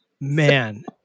Man